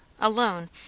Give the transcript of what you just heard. alone